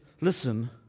listen